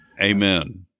Amen